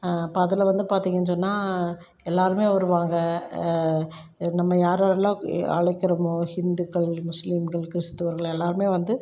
இப்போ அதில் வந்து பார்த்தீங்கன்னு சொன்னா எல்லாருமே வருவாங்க நம்ம யாரோல்லாம் ஏ அழைக்கிறோமோ ஹிந்துக்கள் முஸ்லிம்கள் கிறிஸ்துவர்கள் எல்லாருமே வந்து